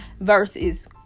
versus